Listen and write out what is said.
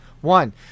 One